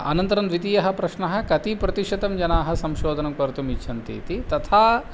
अनन्तरं द्वितीयः प्रश्नः कति प्रतिशतं जनाः संशोधनं कर्तुम् इच्छन्ति इति तथा